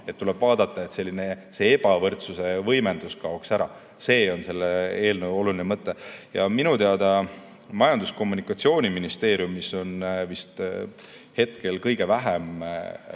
– tuleb vaadata, et selline ebavõrdsuse võimendus kaoks ära. See on selle eelnõu oluline mõte. Minu teada Majandus- ja Kommunikatsiooniministeeriumis on hetkel kõige vähem